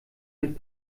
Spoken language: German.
mit